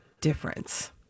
difference